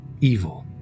evil